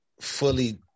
fully